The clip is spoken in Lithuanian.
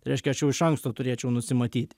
tai reiškia aš jau iš anksto turėčiau nusimatyti